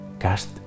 cast